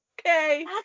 Okay